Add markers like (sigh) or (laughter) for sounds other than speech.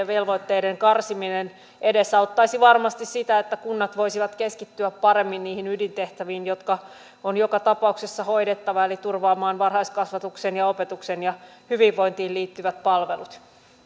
(unintelligible) velvoitteiden karsiminen edesauttaisi varmasti sitä että kunnat voisivat keskittyä paremmin niihin ydintehtäviin jotka on joka tapauksessa hoidettava eli turvaamaan varhaiskasvatuksen ja opetuksen ja hyvinvointiin liittyvät palvelut